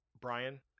Brian